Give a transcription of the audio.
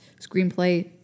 screenplay